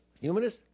humanist